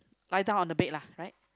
lie down on the bed lah right